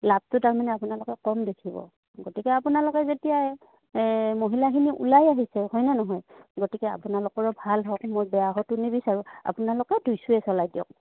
লাভটো তাৰমানে আপোনালোকে কম দেখিব গতিকে আপোনালোকে যেতিয়াই মহিলাখিনি ওলাই আহিছে হয়নে নহয় গতিকে আপোনালোকৰো ভাল হওক মই বেয়া হোৱাতো নিবিচাৰোঁ আপোনালোকে দুুইশ্বুৱে চলাই দিয়ক